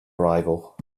arrival